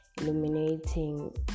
illuminating